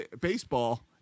baseball